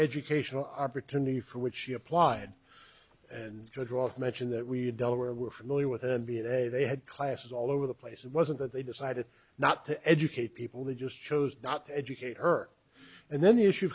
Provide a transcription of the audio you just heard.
educational opportunity for which she applied and to drop mention that we delaware were familiar with and d n a they had classes all over the place it wasn't that they decided not to educate people they just chose not to educate her and then the issue